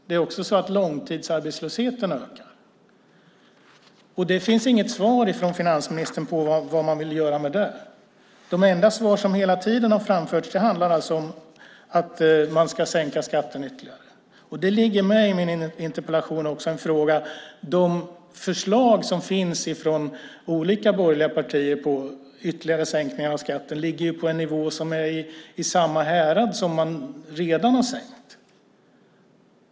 Det är också så att långtidsarbetslösheten ökar. Det finns inget svar från finansministern om vad man vill göra åt det. De enda svar som hela tiden har framförts handlar om att man ska sänka skatten ytterligare. I min interpellation har jag en fråga om de förslag som finns från olika borgerliga partier om ytterligare sänkningar av skatten på ungefär samma nivå som man redan har sänkt den.